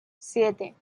siete